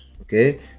okay